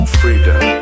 freedom